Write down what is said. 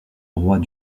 droit